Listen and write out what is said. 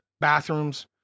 bathrooms